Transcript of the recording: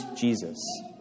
Jesus